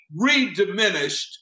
rediminished